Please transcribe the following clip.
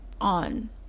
on